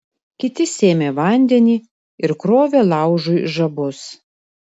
kiti sėmė vandenį ir krovė laužui žabus